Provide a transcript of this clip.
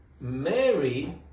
Mary